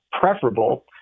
preferable